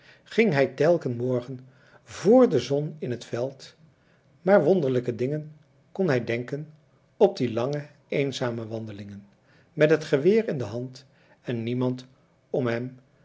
ging hij telken morgen vr de zon in t veld maar wonderlijke dingen kon hij denken op die lange eenzame wandelingen met het geweer in de hand en niemand m hem